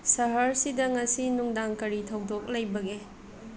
ꯁꯍꯔꯁꯤꯗ ꯉꯁꯤ ꯅꯨꯡꯗꯥꯡ ꯀꯔꯤ ꯊꯧꯗꯣꯛ ꯂꯩꯕꯒꯦ